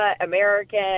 American